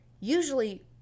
Usually